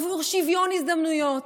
עבור שוויון הזדמנויות,